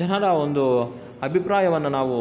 ಜನರ ಒಂದು ಅಭಿಪ್ರಾಯವನ್ನ ನಾವು